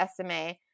SMA